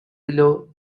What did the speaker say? below